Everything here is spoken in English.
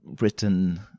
written